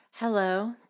Hello